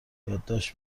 یادداشت